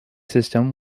system